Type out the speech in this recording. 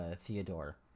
Theodore